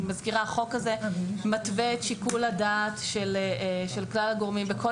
אני מזכירה שהחוק הזה מתווה את שיקול הדעת של כלל הגורמים בכל